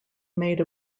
made